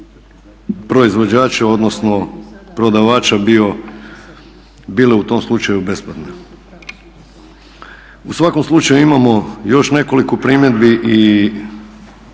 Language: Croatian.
proizvođača odnosno prodavača bile u tom slučaju besplatne. U svakom slučaju imamo još nekoliko primjedbi i